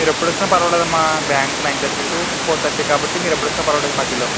మీరెప్పుడు వచ్చినా పర్వాలేదు అమ్మా bank nine thirty to four thirty కాబట్టి మీరెప్పుడు వచ్చినా పర్వాలేదు మధ్యలో